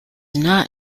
not